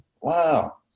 wow